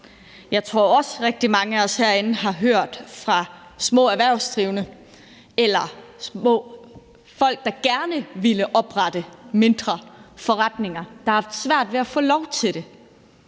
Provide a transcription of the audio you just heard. Jeg tror også, at rigtig mange af os herinde har hørt fra små erhvervsdrivende eller folk, der gerne ville oprette mindre forretninger, at de har haft svært ved at få lov til det.